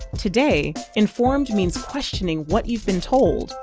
today, informed means questioning what you've been told,